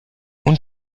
und